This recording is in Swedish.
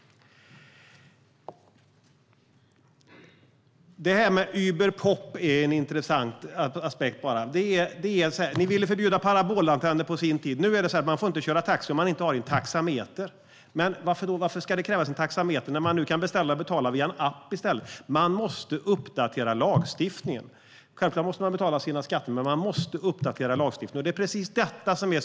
Detta med Uber Pop är en intressant aspekt. En gång i tiden ville ni förbjuda parabolantenner. Nu får man inte köra taxi om man inte har en taxameter. Varför ska det krävas en taxameter när kunderna kan beställa och betala via en app i stället? Vi måste uppdatera lagstiftningen. Självklart måste man betala skatt, men lagstiftningen måste uppdateras.